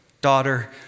Daughter